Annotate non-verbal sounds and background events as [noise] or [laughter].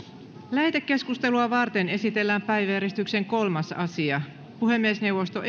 lähetekeskustelua varten esitellään päiväjärjestyksen kolmas asia puhemiesneuvosto [unintelligible]